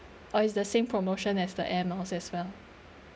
or is the same promotion as the Air Miles as well